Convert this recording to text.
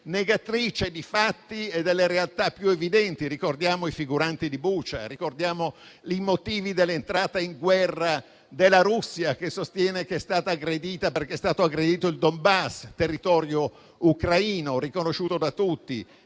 negatrici di fatti e delle realtà più evidenti. Ricordiamo i figuranti di Bucha. Ricordiamo i motivi dell'entrata in guerra della Russia che sostiene di esser stata aggredita, perché è stato aggredito il Donbass, territorio ucraino riconosciuto da tutti.